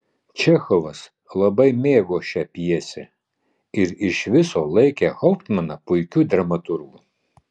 čechovas labai mėgo šią pjesę ir iš viso laikė hauptmaną puikiu dramaturgu